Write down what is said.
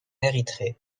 érythrée